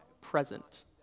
present